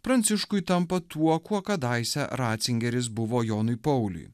pranciškui tampa tuo kuo kadaise ratzingeris buvo jonui pauliui